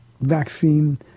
vaccine